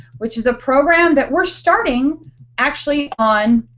which is a program that we're starting actually on